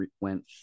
went